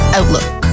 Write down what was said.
Outlook